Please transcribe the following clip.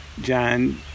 John